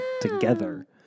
together